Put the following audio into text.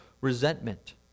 resentment